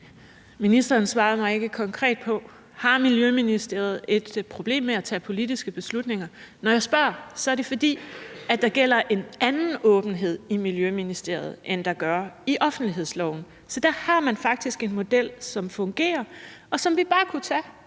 Ministeren svarede mig ikke konkret på: Har Miljøministeriet et problem med at tage politiske beslutninger? Når jeg spørger, er det, fordi der gælder en anden åbenhed i Miljøministeriet, end der gør i offentlighedsloven. Så der har man faktisk en model, som fungerer, og som vi bare kunne tage